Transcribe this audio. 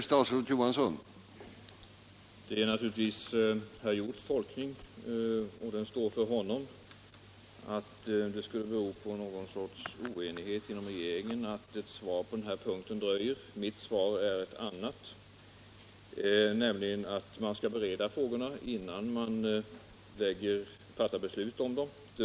Herr talman! Det är naturligtvis herr Hjorths tolkning, och den står för honom, att det skulle bero på någon sorts oenighet inom regeringen att ett svar på den här punkten dröjer. Mitt besked om orsaken är ett annat, nämligen att man skall bereda frågorna innan man fattar beslut om dem.